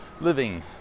living